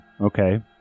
okay